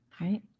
right